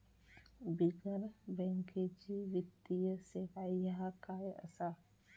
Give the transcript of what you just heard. बिगर बँकेची वित्तीय सेवा ह्या काय असा?